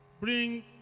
bring